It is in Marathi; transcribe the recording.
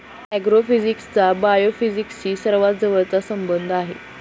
ऍग्रोफिजिक्सचा बायोफिजिक्सशी सर्वात जवळचा संबंध आहे